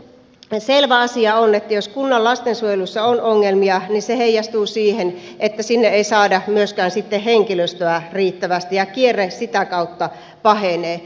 selvä asia on että jos kunnan lastensuojelussa on ongelmia niin se heijastuu siihen että sinne ei saada sitten myöskään henkilöstöä riittävästi ja kierre sitä kautta pahenee